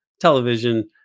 television